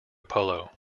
polo